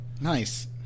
Nice